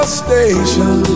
station